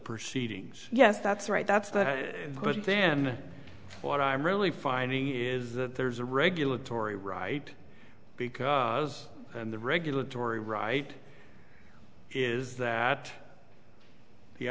proceedings yes that's right that's but but then what i'm really finding is that there's a regulatory right because the regulatory right is that the